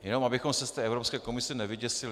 Jenom abychom se z té Evropské komise nevyděsili.